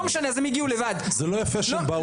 וזה לא יפה שהם באו לשם.